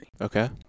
Okay